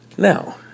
Now